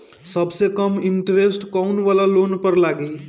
सबसे कम इन्टरेस्ट कोउन वाला लोन पर लागी?